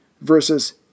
versus